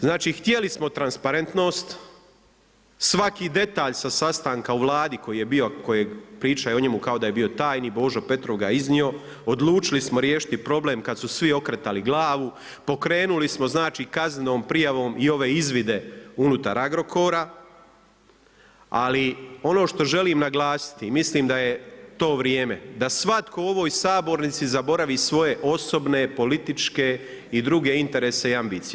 Znači htjeli smo transparentnost, svaki detalj sa sastanka u Vladi koji je bio kojeg pričao o njemu kao da je bio tajni, Božo Petrov ga je iznio, odlučili smo riješiti problem kada su svi okretali glavu, pokrenuli smo kaznenom prijavom i ove izvide unutar Agrokora, ali on što želim naglasiti i mislim da je to vrijeme, da svatko u ovoj sabornici zaboravi svoje osobne političke i druge interese i ambicije.